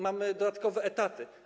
Mamy dodatkowe etaty.